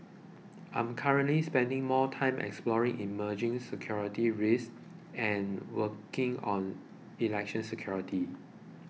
I'm currently spending more time exploring emerging security risks and working on election security